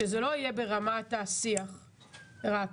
שזה לא יהיה ברמת השיח רק.